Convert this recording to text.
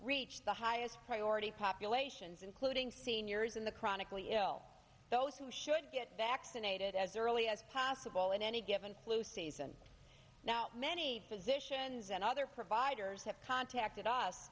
reach the highest priority populations including seniors in the chronically ill those who should get vaccinated as early as possible in any given flu season now many physicians and other providers have contacted us